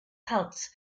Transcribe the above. plants